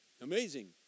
Amazing